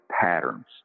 patterns